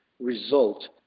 result